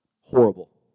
Horrible